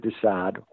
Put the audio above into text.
decide